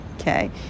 Okay